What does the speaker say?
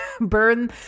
burn